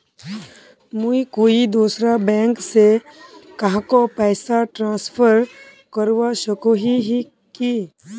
मुई कोई दूसरा बैंक से कहाको पैसा ट्रांसफर करवा सको ही कि?